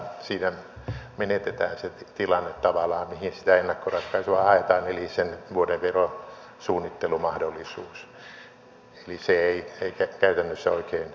siinä tavallaan menetetään se tilanne mihin sitä ennakkoratkaisua haetaan eli sen vuoden verosuunnittelumahdollisuus eli se ei käytännössä oikein vain toimi